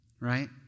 Right